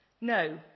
No